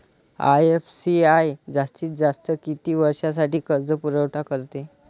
IFCI जास्तीत जास्त किती वर्षासाठी कर्जपुरवठा करते?